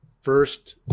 First